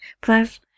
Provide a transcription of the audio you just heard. Plus